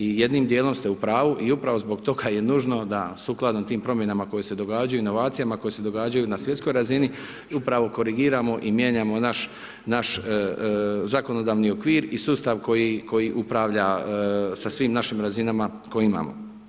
I jednim dijelom ste u pravo, i upravo zbog toga kaje nužno da sukladno tim promjenama koje se događaju i inovacijama koje se događaju na svjetskoj razini, upravo korigiramo i mijenjamo naš zakonodavni okvir i sustav koji upravlja sa svim našim razinama koje imamo.